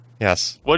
Yes